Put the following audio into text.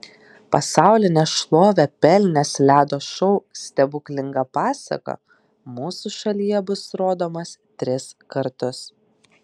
pasaulinę šlovę pelnęs ledo šou stebuklinga pasaka mūsų šalyje bus rodomas tris kartus